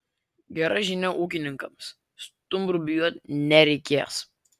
gera žinia ūkininkams stumbrų bijoti nereikės